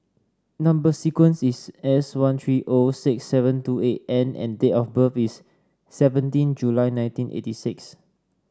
number sequence is S one three zero six seven two eight N and date of birth is seventeen July nineteen eighty six